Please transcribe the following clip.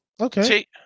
Okay